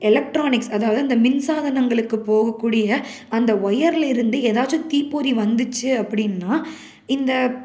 electronics அதாவது அந்த மின் சாதனங்களுக்குப் போகக்கூடிய அந்த ஒயர்லேருந்து ஏதாச்சும் தீப்பொறி வந்துச்சு அப்படின்னா இந்த